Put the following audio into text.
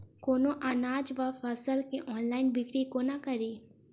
कोनों अनाज वा फसल केँ ऑनलाइन बिक्री कोना कड़ी?